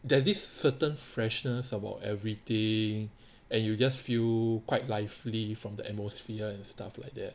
there's this certain freshness about everything and you just feel quite lively from the atmosphere and stuff like that